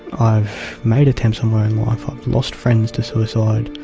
i've made attempts on my own life, i've lost friends to suicide,